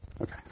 Okay